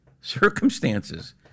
circumstances